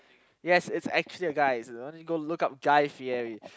yes it's actually a guy it's go to look up Guy-Fieri